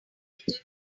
better